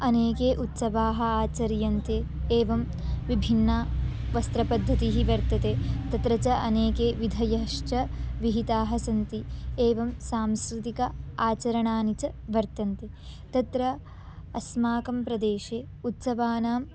अनेके उत्सवाः आचर्यन्ते एवं विभिन्ना वस्त्रपद्धतिः वर्तते तत्र च अनेके विधयः श्च विहिताः सन्ति एवं सांसृतिक आचरणानि च वर्तन्ते तत्र अस्माकं प्रदेशे उत्त्सवानां